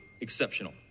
exceptional